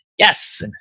Yes